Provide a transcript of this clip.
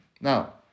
Now